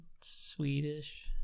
Swedish